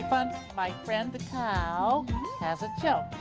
fun. my friend the cow has a joke.